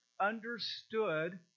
understood